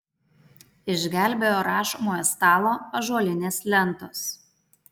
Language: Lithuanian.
išgelbėjo rašomojo stalo ąžuolinės lentos